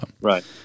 Right